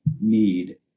need